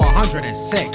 106